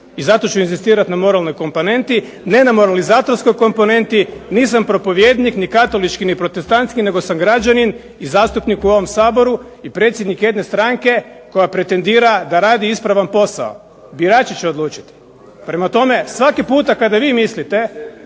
I zato ću inzistirati na moralnoj komponenti, ne na moralizatorskoj komponenti, nisam propovjednik ni katolički ni protestantski, nego sam građanin i zastupnik u ovom Saboru i predsjednik jedne stranke koja pretendira da radi ispravan posao. Birači će odlučiti. Prema tome, svaki puta kada vi mislite